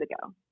ago